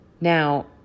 Now